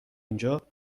اینجا